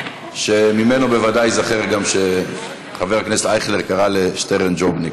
שממנו בוודאי ייזכר גם שחבר הכנסת אייכלר קרא לשטרן ג'ובניק.